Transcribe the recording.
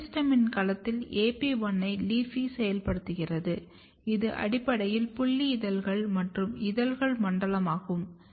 மெரிஸ்டெமின் களத்தில் AP1 ஐ LEAFY செயல்படுத்துகிறது இது அடிப்படையில் புல்லி இதழ்கள் மற்றும் இதழ்கள் மண்டலமாகும்